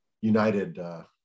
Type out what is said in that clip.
United